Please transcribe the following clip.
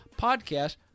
podcast